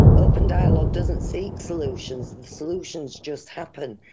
open dialogue doesn't seek solutions, the solutions just happen.